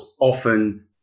often